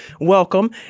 welcome